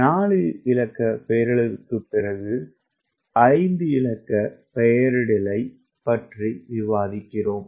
4 இலக்க பெயரிடலுக்குப் பிறகு இப்போது 5 இலக்க பெயரிடலைப் பற்றி விவாதிக்கிறோம்